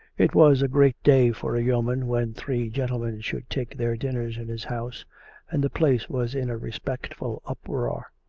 it was a great day for a yeoman when three gentlemen should take their dinners in his house and the place was in a respectful uproar.